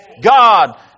God